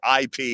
IP